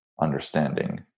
understanding